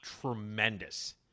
tremendous